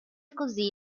così